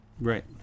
Right